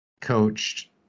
coached